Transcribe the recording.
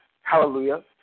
hallelujah